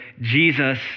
Jesus